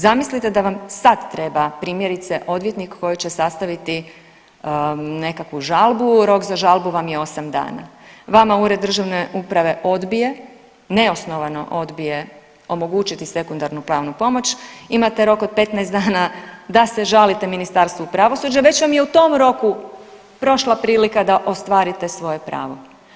Zamislite da vam sad treba primjerice odvjetnik koji će sastaviti nekakvu žalbu, rok za žalbu vam je osam dana, vama ured državne uprave odbije, neosnovano odbije omogućiti sekundarnu pravnu pomoć, imate rok od 15 dana da se žalite Ministarstvu pravosuđa, već vam je u tom roku prošla prilika da ostvarite svoje pravo.